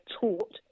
taught